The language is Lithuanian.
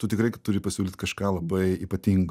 tu tikrai turi pasiūlyt kažką labai ypatingo